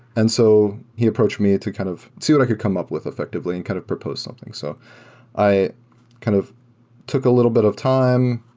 and so he approached me to kind of see what i could come up with effectively and kind of propose something. so i kind of took a little bit of time.